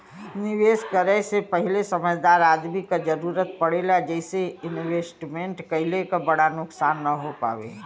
निवेश करे से पहिले समझदार आदमी क जरुरत पड़ेला जइसे इन्वेस्टमेंट कइले क बड़ा नुकसान न हो पावे